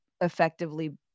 effectively